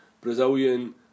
Brazilian